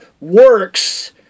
works